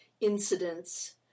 incidents